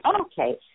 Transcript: Okay